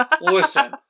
Listen